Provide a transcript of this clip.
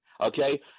Okay